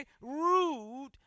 rude